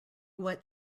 wet